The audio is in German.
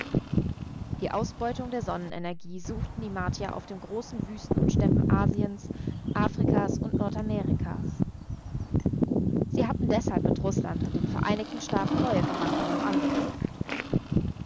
die ausbeutung der sonnenenergie suchten die martier auf den großen wüsten und steppen asiens afrikas und nordamerikas sie hatten deshalb mit rußland und den vereinigten staaten neue verhandlungen angeknüpft